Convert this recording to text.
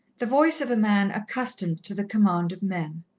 the voice of a man accustomed to the command of men.